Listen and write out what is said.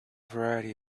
variety